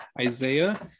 Isaiah